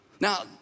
Now